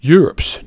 Europe's